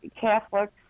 Catholics